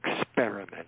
experiment